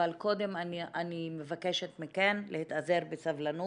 אבל קודם אני מבקשת מכם להתאזר בסבלנות.